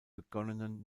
begonnenen